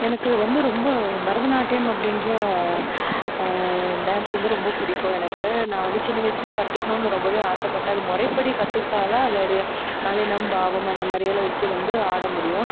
எனக்கு வந்து ரொம்ப பரதநாட்டியம் அப்படின்ற டான்ஸ் வந்து ரொம்ப பிடிக்கும் எனக்கு நான் வந்து சின்ன வயசுலேயே கத்துக்கணும்னு ரொம்ப ஆசைப்பட்டேன் அது முறைப்படி கற்றுக்கிட்டா தான் அதோடைய நளினம் பாவம் அந்த மாதிரி எல்லாம் வெச்சு வந்து ஆட முடியும்